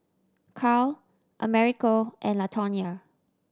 Karl Americo and Latonya